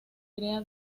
crea